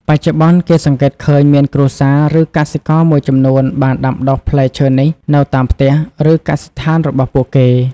បច្ចុប្បន្ន គេសង្កេតឃើញមានគ្រួសារ ឬកសិករមួយចំនួនបានដាំដុះផ្លែឈើនេះនៅតាមផ្ទះ ឬកសិដ្ឋានរបស់ពួកគេ។